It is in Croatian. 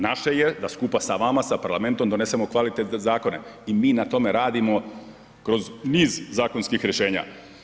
Naše je da skupa sa vama, sa Parlamentom donesemo kvalitetne zakone i mi na tome radimo kroz niz zakonskih rješenjima.